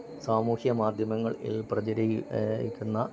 സാമൂഹ്യ മാദ്ധ്യമങ്ങൾ ഇൽ പ്രചരിക്കുന്ന ഇക്കുന്ന